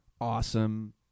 awesome